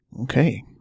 Okay